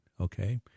okay